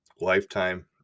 lifetime